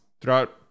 throughout